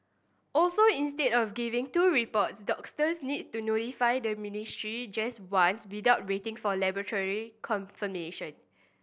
also instead of giving two reports doctors need to notify the ministry just once without waiting for laboratory confirmation